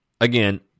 again